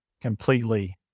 completely